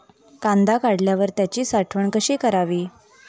कांदा काढल्यावर त्याची साठवण कशी करावी?